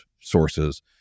sources